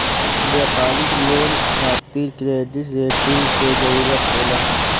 व्यापारिक लोन खातिर credit rating के जरूरत होला